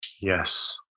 Yes